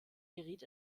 geriet